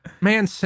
man